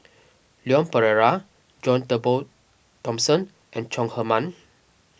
Leon Perera John Turnbull Thomson and Chong Heman